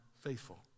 faithful